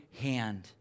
hand